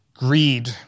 Greed